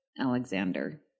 Alexander